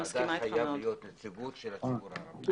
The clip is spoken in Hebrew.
הוועדה חייבת להיות נציגות של הציבור הערבי.